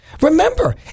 Remember